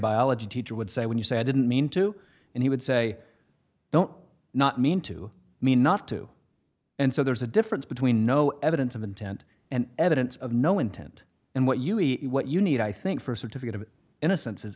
biology teacher would say when you say i didn't mean to and he would say don't not mean to me not to and so there's a difference between no evidence of intent and evidence of no intent and what you eat what you need i think for a certificate of innocence is